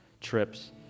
trips